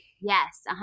Yes